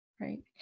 Right